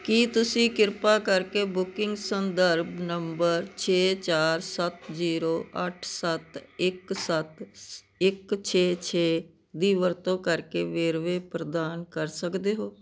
ਕੀ ਤੁਸੀਂ ਕਿਰਪਾ ਕਰਕੇ ਬੁਕਿੰਗ ਸੰਦਰਭ ਨੰਬਰ ਛੇ ਚਾਰ ਸੱਤ ਜ਼ੀਰੋ ਅੱਠ ਸੱਤ ਇੱਕ ਸੱਤ ਇੱਕ ਛੇ ਛੇ ਦੀ ਵਰਤੋਂ ਕਰਕੇ ਵੇਰਵੇ ਪ੍ਰਦਾਨ ਕਰ ਸਕਦੇ ਹੋ